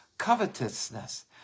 covetousness